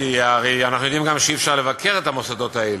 כי הרי אנחנו יודעים גם שאי-אפשר לבקר את המוסדות האלה,